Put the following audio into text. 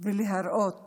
ולהראות